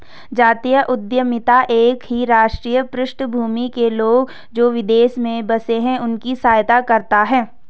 जातीय उद्यमिता एक ही राष्ट्रीय पृष्ठभूमि के लोग, जो विदेश में बसे हैं उनकी सहायता करता है